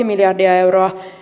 miljardia euroa